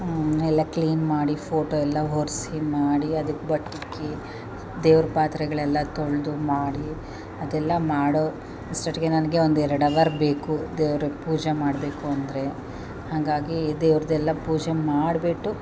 ಎಲ್ಲ ಕ್ಲೀನ್ ಮಾಡಿ ಫೋಟೋ ಎಲ್ಲ ಒರೆಸಿ ಮಾಡಿ ಅದಕ್ಕೆ ಬೊಟ್ಟಿಕ್ಕಿ ದೇವ್ರ ಪಾತ್ರೆಗಳೆಲ್ಲಾ ತೊಳೆದು ಮಾಡಿ ಅದೆಲ್ಲಾ ಮಾಡೋ ಅಷ್ಟೊತ್ತಿಗೆ ನನಗೆ ಒಂದೆರಡು ಅವರ್ ಬೇಕು ದೇವ್ರಿಗೆ ಪೂಜೆ ಮಾಡಬೇಕು ಅಂದರೆ ಹಾಗಾಗೀ ದೇವ್ರದ್ದೆಲ್ಲ ಪೂಜೆ ಮಾಡಿಬಿಟ್ಟು